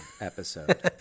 episode